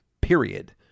period